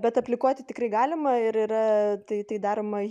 bet aplikuoti tikrai galima ir yra tai daroma